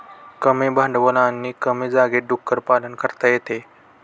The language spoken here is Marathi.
कमी भांडवल आणि कमी जागेत डुक्कर पालन करता येते